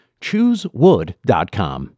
ChooseWood.com